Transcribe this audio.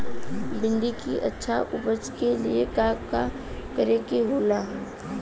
भिंडी की अच्छी उपज के लिए का का करे के होला?